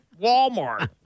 Walmart